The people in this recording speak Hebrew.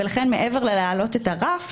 ולכן מעבר להעלאת הרף,